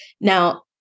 Now